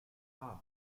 hahn